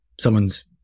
someone's